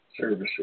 services